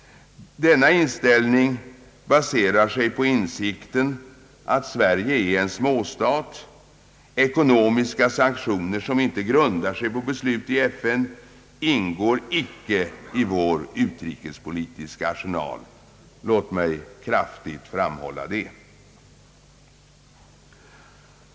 Denna inställning baserar sig på insikten att Sverige är en småstat. Ekonomiska sanktioner, som inte grundar sig på beslut i FN, ingår icke i vår utrikespolitiska arsenal. Låt mig kraftigt framhålla det.